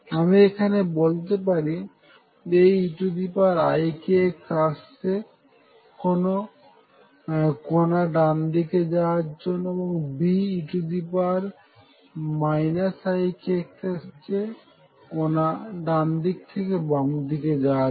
আমি এখানে বলতে পারি Aeikx আসছে কোনা ডানদিকে যাওয়ার জন্য এবংBe ikx আসছে ডান দিক থেকে বাম দিকে যাওয়ার জন্য